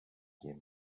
veié